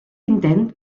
intent